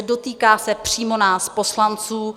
Dotýká se přímo nás poslanců.